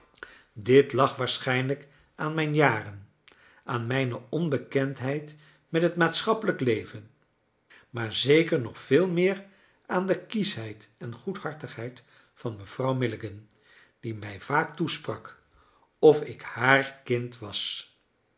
dit lag waarschijnlijk aan mijn jaren aan mijne onbekendheid met het maatschappelijk leven maar zeker nog veel meer aan de kieschheid en goedhartigheid van mevrouw milligan die mij vaak toesprak of ik haar kind was